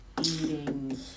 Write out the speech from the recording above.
eating